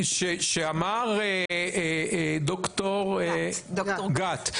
שאמר ד"ר איתי גת,